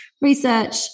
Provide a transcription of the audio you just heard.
research